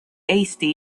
hasty